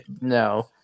no